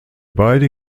beide